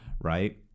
Right